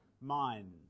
mind